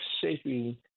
shaping